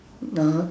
(uh huh)